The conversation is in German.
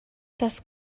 das